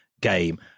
game